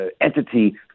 entity